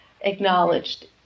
acknowledged